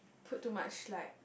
put too much like